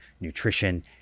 nutrition